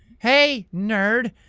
hey nerd,